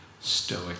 stoic